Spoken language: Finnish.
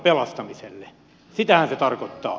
sitähän se tarkoittaa